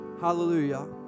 hallelujah